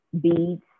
beads